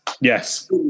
Yes